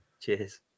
Cheers